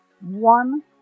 One